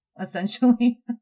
essentially